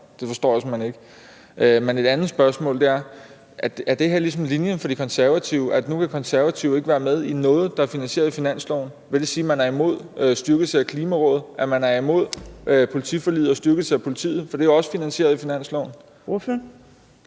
Det forstår jeg simpelt hen ikke. Men et andet spørgsmål er: Er det her ligesom linjen for De Konservative, altså at De Konservative ikke vil være med i noget, der er finansieret i finansloven? Vil det sige, man er imod styrkelse af Klimarådet, at man er imod politiforliget og styrkelse af politiet, for det er jo også finansieret i finansloven?